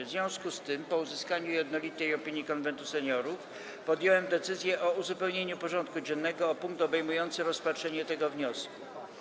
W związku z tym, po uzyskaniu jednolitej opinii Konwentu Seniorów, podjąłem decyzję o uzupełnieniu porządku dziennego o punkt obejmujący rozpatrzenie tego wniosku.